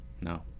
no